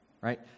right